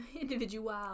individual